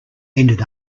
ended